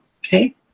okay